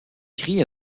cri